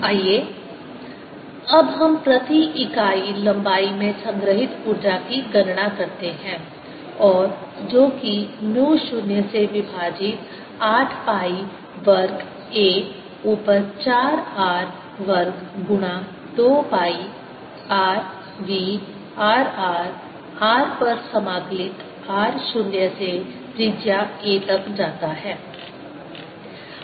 B2πr0Ia2r2 B02πa2r Energyvolume12002r242a4082a4r2 आइए अब हम प्रति इकाई लंबाई में संग्रहीत ऊर्जा की गणना करते हैं और जो कि म्यू 0 से विभाजित 8 पाई वर्ग a ऊपर 4 r वर्ग गुणा 2 pi r v r r r पर समाकलित r 0 से त्रिज्या a तक जाता है